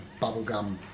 bubblegum